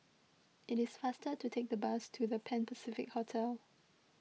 it is faster to take the bus to the Pan Pacific Hotel